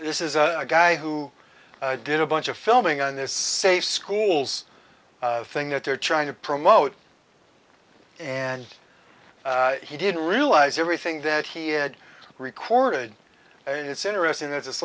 this is a guy who did a bunch of filming on this safe schools thing that they're trying to promote and he didn't realize everything that he had recorded and it's interesting that this